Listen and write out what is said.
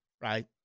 right